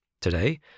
Today